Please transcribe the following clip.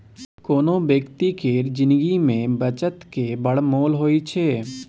कोनो बेकती केर जिनगी मे बचतक बड़ मोल होइ छै